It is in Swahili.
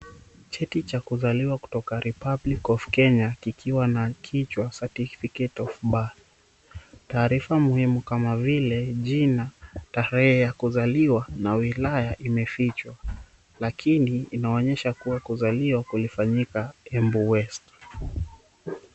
Cheti cha kuzaliwa kutoka Republic of Kenya kikiwa na kichwa certificate of birth . Taarifa muhimu kama vile jina, tarehe ya kuzaliwa na wilaya imefichwa lakini inaonyesha kuwa kuzaliwa kulifanyika Kiimbo west.